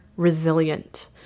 resilient